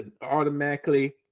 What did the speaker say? automatically